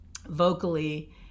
vocally